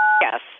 Yes